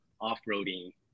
off-roading